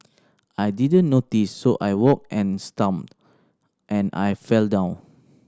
I didn't notice so I walked and and I fell down